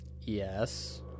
Yes